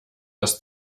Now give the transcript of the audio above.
das